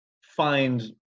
find